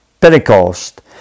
Pentecost